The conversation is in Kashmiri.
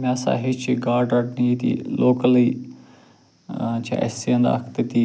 مےٚ ہسا ہیٚچھ یہِ گاڈٕ رَٹنہِ ییٚتی لوکلٕے چھِ اَسہِ سٮ۪نٛد اکھ تٔتی